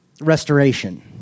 restoration